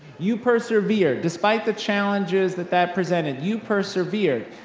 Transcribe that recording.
you persevered, despite the challenges that that presented, you persevered.